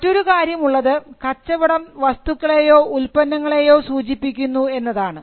മറ്റൊരു കാര്യം ഉള്ളത് കച്ചവടം വസ്തുക്കളെയോ ഉൽപ്പന്നങ്ങളേയോ സൂചിപ്പിക്കുന്നു എന്നതാണ്